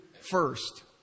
first